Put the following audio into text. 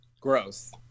Gross